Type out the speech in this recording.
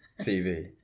TV